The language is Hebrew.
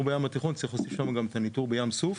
צריך להוסיף גם את הניטור בים סוף.